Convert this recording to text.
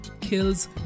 kills